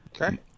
Okay